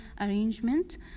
arrangement